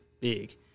big